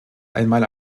einmal